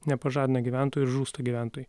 nepažadina gyventojų ir žūsta gyventojai